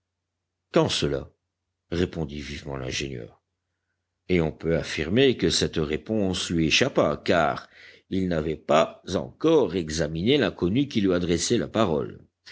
quand cela répondit vivement l'ingénieur et on peut affirmer que cette réponse lui échappa car il n'avait pas encore examiné l'inconnu qui lui adressait la parole